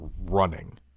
running